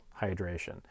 hydration